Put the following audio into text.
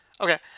Okay